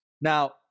now